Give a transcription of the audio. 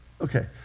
Okay